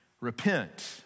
Repent